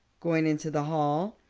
going into the hall.